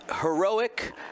heroic